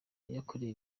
yakorewe